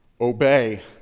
obey